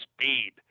speed